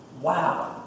Wow